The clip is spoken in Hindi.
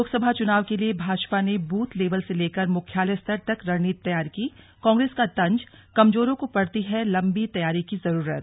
लोकसभा चुनाव के लिए भाजपा ने बूथ लेवल से लेकर मुख्यालय स्तर तक रणनीति तैयार की कांग्रेस का तंज कमजोरों को पड़ती है लंबी तैयारी की जरूरत